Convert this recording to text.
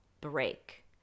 break